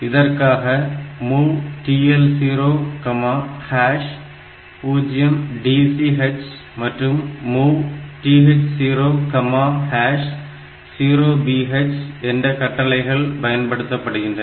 இதற்காக MOV TL00DCH மற்றும் MOV TH00BH என்ற கட்டளைகள் பயன்படுத்தப்படுகின்றன